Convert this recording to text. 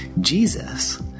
Jesus